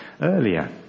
earlier